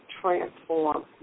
transform